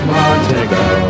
Montego